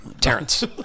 Terrence